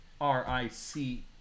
r-i-c